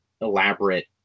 elaborate